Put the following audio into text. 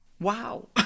wow